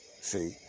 See